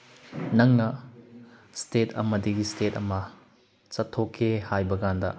ꯅꯪꯅ ꯏꯁꯇꯦꯠ ꯑꯃꯗꯒꯤ ꯏꯁꯇꯦꯠ ꯑꯃ ꯆꯠꯊꯣꯛꯀꯦ ꯍꯥꯏꯕꯀꯥꯟꯗ